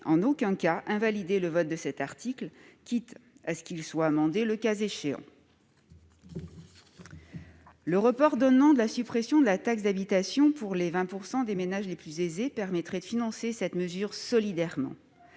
en aucun cas invalider le vote de cet article, quitte à ce qu'il soit amendé le cas échéant. Le report d'un an de la suppression de la taxe d'habitation pour les 20 % des ménages les plus aisés permettrait de financer cette mesure solidairement.